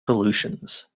solutions